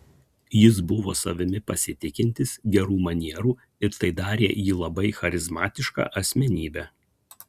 jis buvo savimi pasitikintis gerų manierų ir tai darė jį labai charizmatiška asmenybe